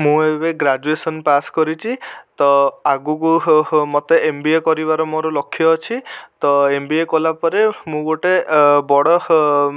ମୁଁ ଏବେ graduation pass କରିଛି ତ ଆଗକୁ ମୋତେ ଏମ୍ ବି ଏ କରିବାର ମୋର ଲକ୍ଷ ଅଛି ତ ଏମ୍ ବି ଏ କଲାପରେ ମୁଁ ଗୋଟେ ବଡ଼